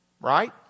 right